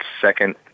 second